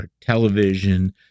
television